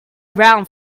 around